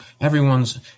everyone's